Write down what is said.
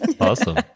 Awesome